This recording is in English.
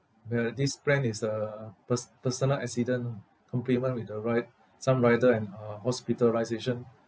where this plan is uh pers~ personal accident [one] ah complement with the ride~ some rider and uh hospitalisation